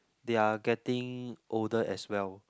they are getting older as well